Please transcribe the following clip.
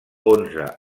onze